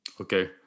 Okay